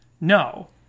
No